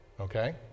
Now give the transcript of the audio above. okay